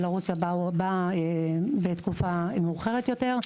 בלרוסיה באו בתקופה מאוחרת יותר.